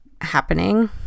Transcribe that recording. happening